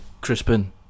Crispin